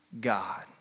God